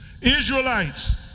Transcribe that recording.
Israelites